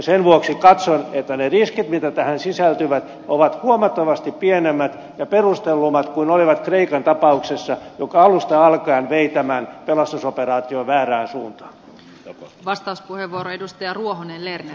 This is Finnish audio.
sen vuoksi katson että ne riskit mitä tähän sisältyy ovat huomattavasti pienemmät ja perustellummat kuin olivat kreikan tapauksessa joka alusta alkaen vei tämän pelastusoperaation väärään suuntaan